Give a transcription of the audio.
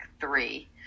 three